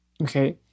Okay